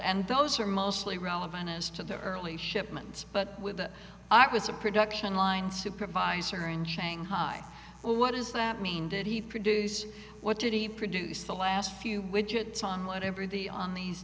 and those are mostly relevant as to the early shipment but with the i was a production line supervisor in shanghai what does that mean did he produce what did he produce the last few widgets on whatever the on these